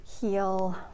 heal